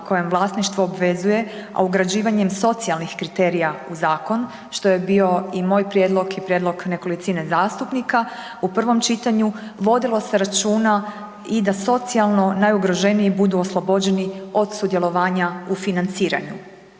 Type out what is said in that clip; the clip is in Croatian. kojem vlasništvo obvezuje, a ugrađivanjem socijalnih kriterija u zakon, što je bio i moj prijedlog i prijedlog nekolicine zastupnika u prvom čitanju, vodilo se računa i da socijalno najugroženiji budu oslobođeni od sudjelovanja u financiranju.